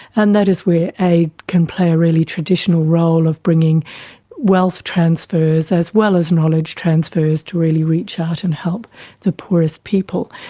and that is where aid can play a really traditional role of bringing wealth transfers as well as knowledge transfers to really reach out and help the poorest people.